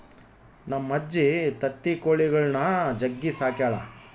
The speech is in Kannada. ನಮ್ಮಜ್ಜಿ ತತ್ತಿ ಕೊಳಿಗುಳ್ನ ಜಗ್ಗಿ ಸಾಕ್ಯಳ